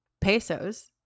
pesos